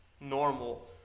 normal